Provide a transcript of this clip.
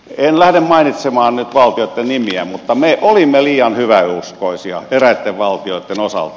en lähde mainitsemaan nyt valtioitten nimiä mutta me olimme liian hyväuskoisia eräitten valtioitten osalta